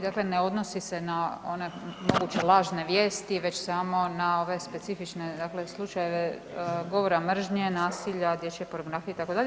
Dakle ne odnosi se na one moguće lažne vijesti već samo na ove specifične, dakle slučajeve govora mržnje, nasilja, dječje pornografije itd.